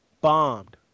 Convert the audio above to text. bombed